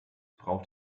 braucht